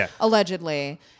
allegedly